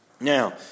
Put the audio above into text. Now